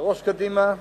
לראש קדימה,